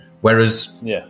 Whereas